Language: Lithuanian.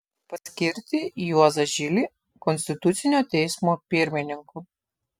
paskirti juozą žilį konstitucinio teismo pirmininku